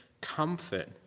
comfort